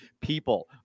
people